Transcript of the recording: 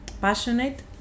passionate